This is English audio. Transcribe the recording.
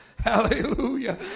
hallelujah